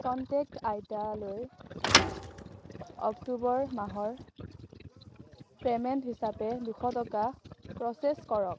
contact আইতালৈ October মাহৰ payment হিচাপে দুশ টকা প্ৰ'চেছ কৰক